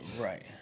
Right